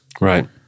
Right